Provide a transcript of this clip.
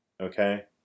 okay